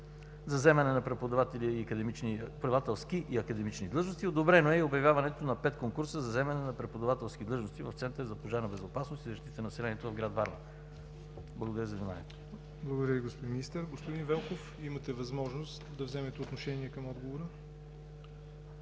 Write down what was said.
за заемане на преподавателски и академични длъжности, одобрено е и обявяването на пет конкурса за заемане на преподавателски длъжности в Център за пожарна безопасност и защита на населението в град Варна. Благодаря за вниманието. ПРЕДСЕДАТЕЛ ЯВОР НОТЕВ: Благодаря Ви, господин Министър. Господин Велков, имате възможност да вземете отношение към отговора.